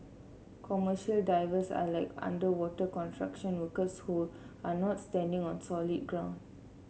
commercial divers are like underwater construction workers who are not standing on solid ground